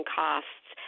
costs